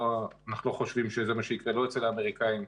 אנחנו לא חושבים שזה מה שיקרה לא אצל האמריקאים,